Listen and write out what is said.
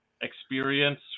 experience